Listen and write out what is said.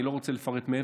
אני לא רוצה לפרט מעבר,